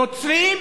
נוצרים,